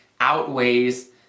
outweighs